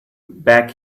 back